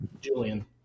Julian